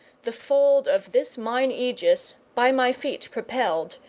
the fold of this mine aegis, by my feet propelled,